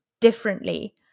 differently